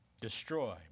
destroy